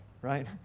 Right